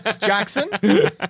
Jackson